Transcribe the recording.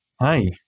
hi